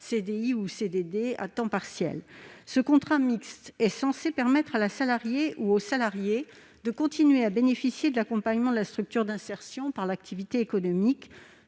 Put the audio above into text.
CDI ou CDD à temps partiel. Ce contrat mixte est censé permettre à la salariée ou au salarié de continuer à bénéficier de l'accompagnement de la structure d'insertion par l'activité économique